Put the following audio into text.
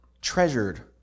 treasured